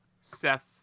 Seth